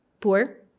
poor